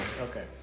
Okay